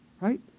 right